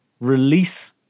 release